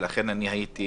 לכן הייתי